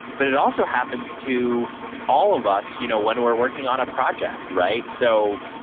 but it also happens to all of us you know when we're working on a project, right? so,